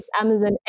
Amazon